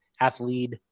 athlete